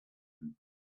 him